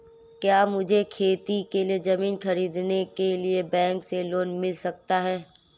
क्या मुझे खेती के लिए ज़मीन खरीदने के लिए बैंक से लोन मिल सकता है?